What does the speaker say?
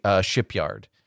Shipyard